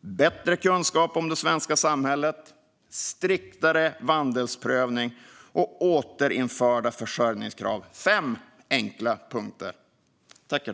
bättre kunskap om det svenska samhället, striktare vandelsprövning och återinförda försörjningskrav. Det är fem enkla punkter.